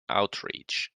outreach